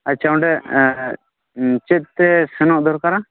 ᱟᱪᱪᱷᱟ ᱚᱸᱰᱮ ᱪᱮᱫ ᱛᱮ ᱥᱮᱱᱚᱜ ᱫᱚᱨᱠᱟᱨᱟ